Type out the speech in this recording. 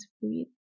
breathe